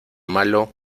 malo